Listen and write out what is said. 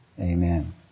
amen